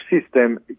system